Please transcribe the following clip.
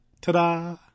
ta-da